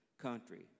country